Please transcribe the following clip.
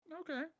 Okay